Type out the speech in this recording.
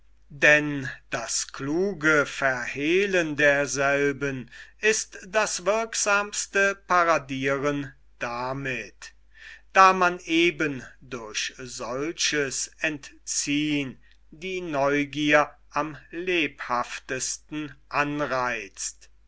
denn das kluge verhehlen derselben ist das wirksamste paradiren damit da man eben durch solches entziehn die neugier am lebhaftesten anreizt